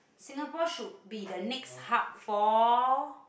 Singapore should be the next hub for